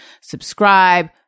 Subscribe